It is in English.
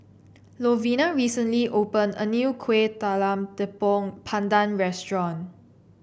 Lovina recently opened a new Kueh Talam Tepong Pandan Restaurant